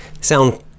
sound